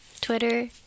twitter